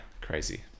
Crazy